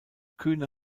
kühne